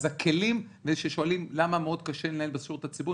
אז כששואלים למה מאוד קשה לנהל בשירות הציבורי,